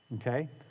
okay